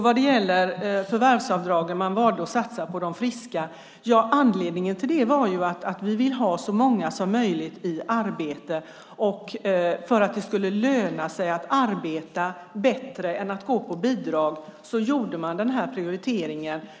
Vad gäller förvärvsavdragen och att man valde att satsa på de friska var anledningen till det att vi ville ha så många som möjligt i arbete. För att det skulle löna sig bättre att arbeta än att gå på bidrag gjorde man den här prioriteringen.